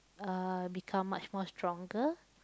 uh become much more stronger